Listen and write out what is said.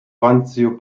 randzio